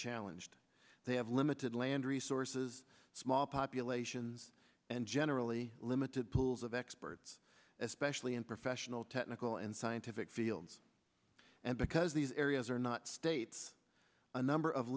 challenged they have limited land resources small populations and generally limited pools of experts especially in professional technical and scientific fields and because these areas are not states a number of